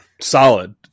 solid